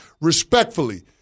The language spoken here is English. respectfully